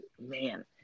Man